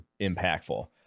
impactful